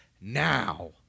now